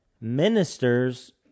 ministers